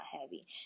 heavy